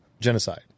genocide